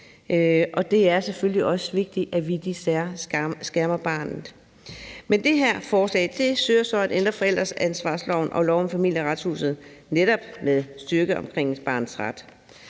Det er selvfølgelig også vigtigt, at vi i de sager skærmer barnet. Det her forslag søger så at ændre forældreansvarsloven og lov om Familieretshuset, netop med en styrkelse omkring barnets